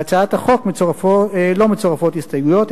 להצעת החוק לא מצורפות הסתייגויות,